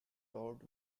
toured